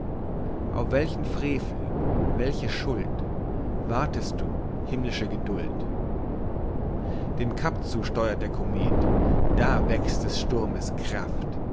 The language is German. auf welchen frevel welche schuld wartest du himmlische geduld dem cap zu steuert der komet da wächst des sturmes kraft